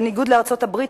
בניגוד לארצות-הברית,